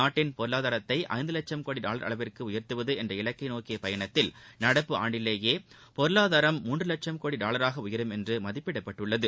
நாட்டின் பொருளாதாரத்தை ஐந்து வட்சம் கோடி டாவர் அளவிற்கு உயர்த்துவது என்ற இலக்கை நோக்கிய பயணத்தில் நடப்பாண்டிலேயே பொருளாதாரம் மூன்று வட்சம் கோடி டாலராக உயரும் என்று மதிப்பிடப்பட்டுள்ளது